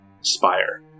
spire